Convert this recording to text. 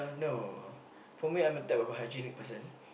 no for me I'm the type of hygienic person